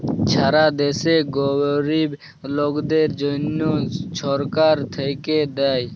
ছারা দ্যাশে গরিব লকদের জ্যনহ ছরকার থ্যাইকে দ্যায়